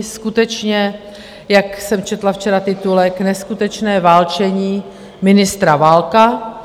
Skutečně, jak jsem četla včera titulek neskutečné válčení ministra Válka.